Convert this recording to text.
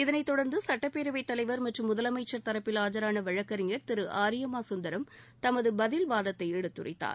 இதனைத் தொடர்ந்து சட்டப்பேரவைத் தலைவர் மற்றும் முதலமைச்சர் தரப்பில் ஆஜரான வழக்கறிஞர் திரு ஆரியமா சுந்தரம் தனது பதில் வாதத்தை எடுத்துரைத்தார்